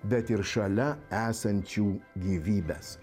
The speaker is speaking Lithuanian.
bet ir šalia esančių gyvybes